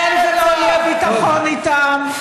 אין ולא יהיה ביטחון איתם.